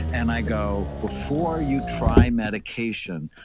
and i go, before you try medication,